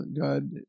God